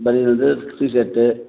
பனியன்து T-shirt